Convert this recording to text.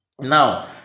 Now